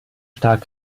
stark